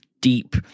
deep